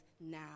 now